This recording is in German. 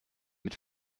mit